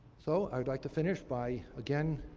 so i'd would like to finish by, again,